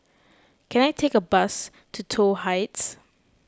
can I take a bus to Toh Heights